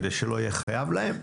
כדי שלא אהיה חייב להם